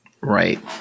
Right